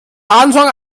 anfang